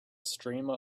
streamer